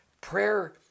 Prayer